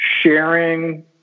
sharing